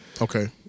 Okay